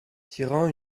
tirant